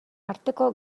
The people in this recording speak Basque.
arteko